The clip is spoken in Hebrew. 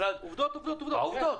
עובדות, עובדות.